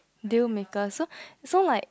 dealmaker so so like